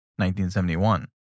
1971